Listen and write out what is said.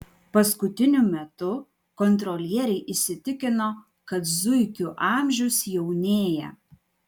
paskutiniu metu kontrolieriai įsitikino kad zuikių amžius jaunėja